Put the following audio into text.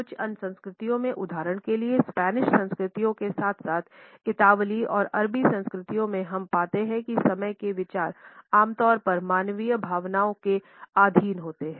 कुछ अन्य संस्कृतियों में उदाहरण के लिए स्पेनिश संस्कृति के साथ साथ इतालवी और अरबी संस्कृतियों में हम पाते हैं कि समय के विचार आमतौर पर मानवीय भावनाओं के अधीन होते हैं